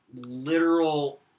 Literal